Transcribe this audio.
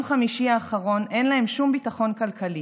חמישי האחרון אין להן שום ביטחון כלכלי.